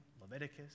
Leviticus